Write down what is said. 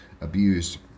abused